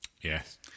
Yes